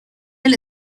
del